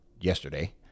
yesterday